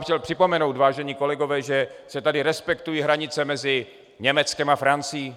Chtěl bych vám připomenout, vážení kolegové, že se tady respektují hranice mezi Německem a Francií.